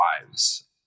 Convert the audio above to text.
lives